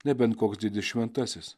nebent koks didis šventasis